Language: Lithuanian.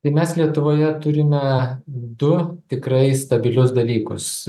tai mes lietuvoje turime du tikrai stabilius dalykus